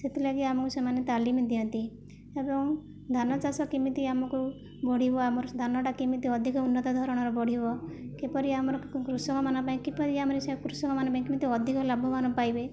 ସେଥିଲାଗି ଆମକୁ ସେମାନେ ତାଲିମ ଦିଅନ୍ତି ଏବଂ ଧାନ ଚାଷ କେମିତି ଆମକୁ ବଢ଼ିବ ଆମର ଧାନଟା କେମିତି ଅଧିକ ଉନ୍ନତ ଧରଣର ବଢ଼ିବ କିପରି ଆମର କୃଷକମାନଙ୍କ ପାଇଁ କିପରି ଯେ ଆମର ସେ କୃଷକମାନଙ୍କ ପାଇଁ କେମିତି ଅଧିକ ଲାଭବାନ ପାଇବେ